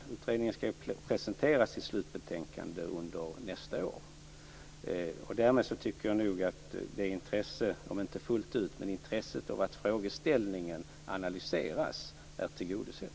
Slutbetänkandet skall presenteras under nästa år. Därmed tycker jag att intresset av att frågan analyseras är tillgodosett.